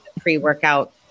pre-workout